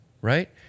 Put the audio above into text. right